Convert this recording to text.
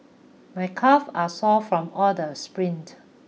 my calves are sore from all the sprints